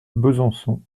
besançon